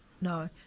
No